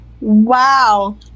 Wow